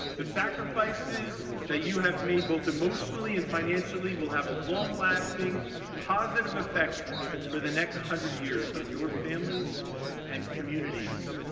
the sacrifices that you have made both emotionally and financially will have a long-lasting positive effect for the next one hundred years on your families and communities.